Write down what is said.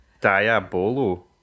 diabolo